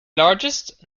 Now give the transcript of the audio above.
largest